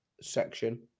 section